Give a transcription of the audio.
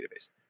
database